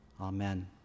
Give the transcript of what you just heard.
Amen